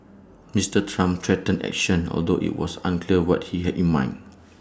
Mister Trump threatened action although IT was unclear what he had in mind